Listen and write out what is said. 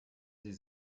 sie